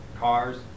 cars